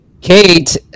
Kate